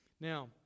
Now